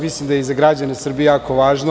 Mislim da je i za građane Srbije jako važno.